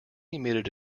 emitted